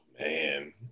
Man